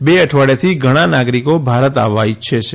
બે અઠવાડિયાથી ઘણા નાગરિકો ભારત આવવા ઇચ્છે છે